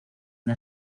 una